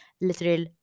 literal